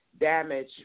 damage